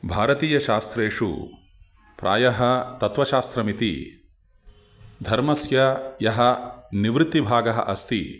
भारतीयशास्त्रेषु प्रायः तत्वशास्त्रमिति धर्मस्य यः निवृत्तिभागः अस्ति